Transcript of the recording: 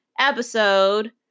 Episode